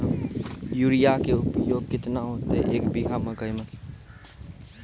Urea के उपयोग केतना होइतै, एक बीघा मकई मे?